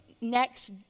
next